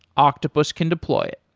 octopus can deploy it.